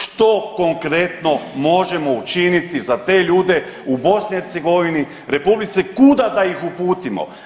Što konkretno možemo učiniti za te ljude u BiH republici, kuda da ih uputimo?